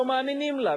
לא מאמינים לה.